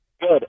Good